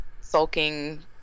sulking